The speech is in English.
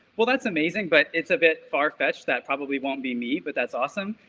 well, that's amazing, but it's a bit far fetched, that probably won't be me, but that's awesome.